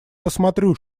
посмотрю